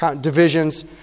divisions